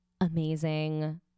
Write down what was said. amazing